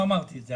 לא אמרתי את זה.